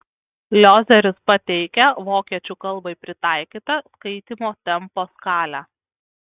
liozeris pateikia vokiečių kalbai pritaikytą skaitymo tempo skalę